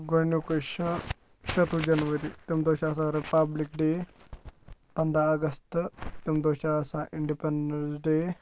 گۄڈٕنیُکُے چھِ شَتوُہ جَنؤری تَمہِ دۄہ چھِ آسان رِپَبلِک ڈے پَنٛداہ اَگَست تَمہِ دۄہ چھِ آسان اِنڈِپٮ۪نٛڈَنٕس ڈے